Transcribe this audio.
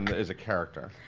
is a character.